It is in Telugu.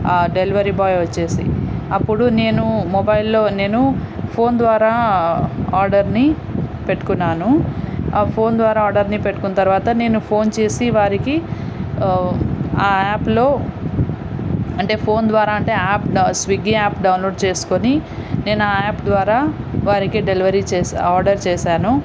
ఆ డెలివరీ బాయ్ వచ్చేసి అప్పుడు నేను మొబైల్లో నేను ఫోన్ ద్వారా ఆర్డర్ని పెట్టుకున్నాను ఆ ఫోన్ ద్వారా ఆర్డర్ని పెట్టుకున్న తర్వాత నేను ఫోన్ చేసి వారికి ఆ యాప్లో అంటే ఫోన్ ద్వారా అంటే ఆ యాప్ డౌ స్విగ్గి యాప్ డౌన్లోడ్ చేసుకొని నేను ఆ యాప్ ద్వారా వారికి డెలివరీ చేసా ఆర్డర్ చేసాను